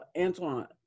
Antoine